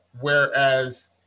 Whereas